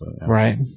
Right